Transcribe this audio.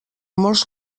molts